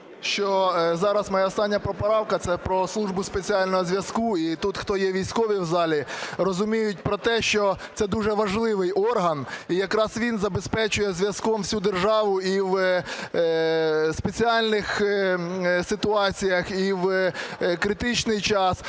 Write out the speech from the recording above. моя остання поправка – це про Службу спеціального зв'язку. І тут, хто є військові в залі, розуміють про те, що це дуже важливий орган. І якраз він забезпечує зв'язком всю державу і в спеціальних ситуаціях і в критичний час.